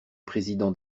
président